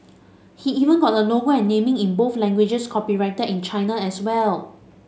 he even got the logo and naming in both languages copyrighted in China as well